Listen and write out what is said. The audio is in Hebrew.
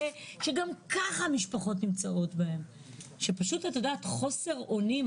שגם ככה המשפחות נמצאות בו של חוסר אונים.